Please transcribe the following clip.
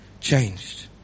changed